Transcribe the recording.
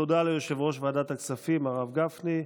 תודה ליושב-ראש ועדת הכספים, הרב גפני.